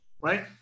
Right